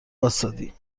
واستادی